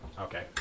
Okay